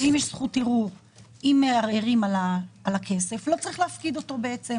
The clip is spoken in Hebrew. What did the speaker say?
אם מערערים על הכסף, לא צריך להפקיד אותו בעצם.